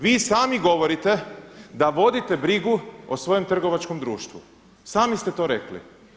Vi sami govorite da vodite brigu o svojem trgovačkom društvu, sami ste to rekli.